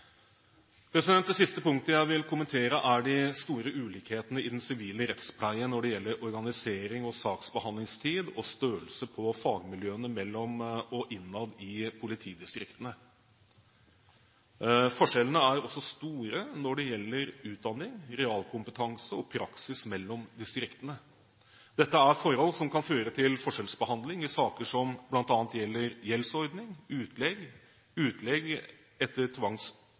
Det siste punktet jeg vil kommentere, er de store ulikhetene i den sivile rettspleien når det gjelder organisering, saksbehandlingstid og størrelse på fagmiljøene mellom og innad i politidistriktene. Forskjellene er også store når det gjelder utdanning, realkompetanse og praksis mellom distriktene. Dette er forhold som kan føre til forskjellsbehandling i saker som bl.a. gjelder gjeldsordning, utlegg, utlegg etter